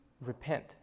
repent